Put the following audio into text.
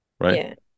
right